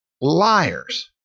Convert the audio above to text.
liars